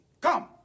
Come